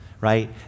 right